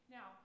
Now